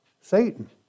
Satan